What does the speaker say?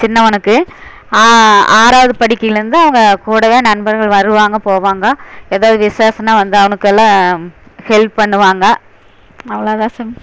சின்னவனுக்கு ஆறாவது படிக்கையில் இருந்து அவங்கள் கூடவே நண்பர்கள் வருவாங்க போவாங்க எதாவது விசேஷம்னா வந்து அவனுக்கெல்லாம் ஹெல்ப் பண்ணுவாங்க அவ்வளோதான் சாமி